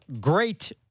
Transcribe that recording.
great